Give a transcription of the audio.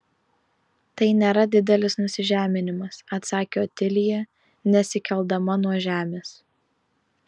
tai nėra didelis nusižeminimas atsakė otilija nesikeldama nuo žemės